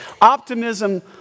optimism